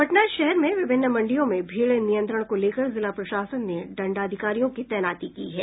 पटना शहर में विभिन्न मंडियों में भीड़ नियंत्रण को लेकर जिला प्रशासन ने दंडाधिकारियों की तैनाती की है